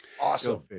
Awesome